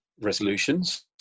resolutions